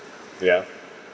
ya